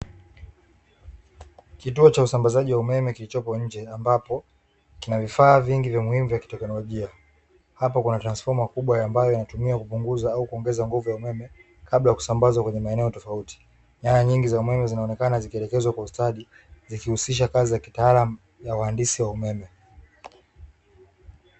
Kituo cha usambazaji wa umeme kilichopo nje, ambapo tuna vifaa vingi vya muhimu vya teknolojia, hapo kuna transfoma kubwa ambayo yanatumia kupunguza au kuongeza nguvu ya umeme kabla ya kusambazwa kwenye maeneo tofauti yaani nyingi za umeme zinaonekana zikielekezwe kwa uhitaji ikihusisha kazi ya kitaalam ya waandishi wa umeme.